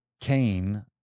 Cain